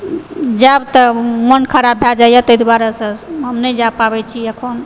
जायब तऽ मन खराब भऽ जाइया तै दुआरेसँ हम नहि जाय पाबै छी एखन